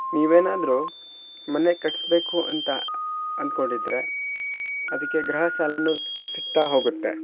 ನೀವೇನಾದ್ರೂ ಮನೆ ಕಟ್ಸ್ಬೇಕು ಅಂತ ಅಂದ್ಕೊಂಡಿದ್ರೆ ಅದಕ್ಕೆ ಗೃಹ ಸಾಲನು ಸಿಕ್ತಾ ಹೋಗುತ್ತೆ